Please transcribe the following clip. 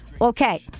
Okay